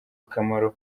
akamaro